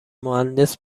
مهندس